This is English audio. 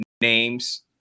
names